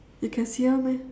you can see her meh